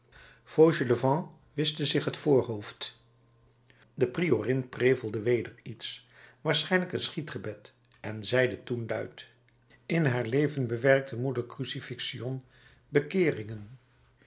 fauchelevent wischte zich het voorhoofd de priorin prevelde weder iets waarschijnlijk een schietgebed en zeide toen luid in haar leven bewerkte moeder crucifixion bekeeringen